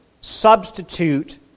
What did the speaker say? substitute